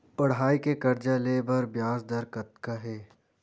पढ़ई के कर्जा ले बर ब्याज दर कतका हे?